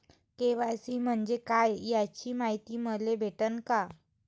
KYC म्हंजे काय याची मायती मले भेटन का?